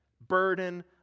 Burden